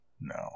No